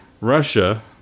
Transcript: Russia